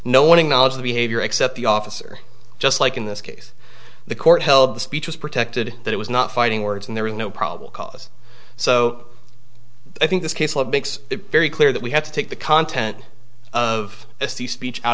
one in knowledge of behavior except the officer just like in this case the court held the speech was protected that it was not fighting words and there was no problem cause so i think this case love makes it very clear that we have to take the content of speech out